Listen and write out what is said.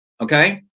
Okay